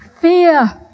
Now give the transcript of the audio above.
Fear